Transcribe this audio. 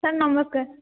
sir ନମସ୍କାର